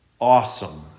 awesome